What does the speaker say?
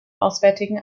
auswärtigen